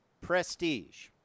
Prestige